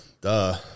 Duh